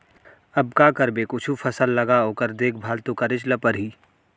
अब का करबे कुछु फसल लगा ओकर देखभाल तो करेच ल परही